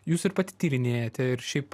jūs ir pati tyrinėjate ir šiaip